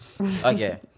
Okay